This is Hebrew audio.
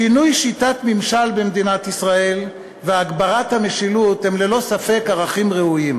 שינוי שיטת ממשל במדינת ישראל והגברת המשילות הם ללא ספק ערכים ראויים,